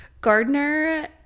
Gardner